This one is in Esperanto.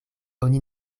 oni